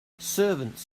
servants